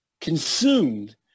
consumed